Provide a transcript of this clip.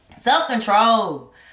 Self-control